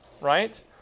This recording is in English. right